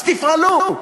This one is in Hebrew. אז תפעלו.